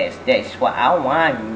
that's that's what I want